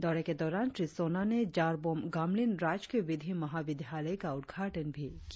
दौरे के दौरान श्री सोना ने जारबोम गामलिन राजकीय विधि महाविद्यालय का उद्घाटन भी किया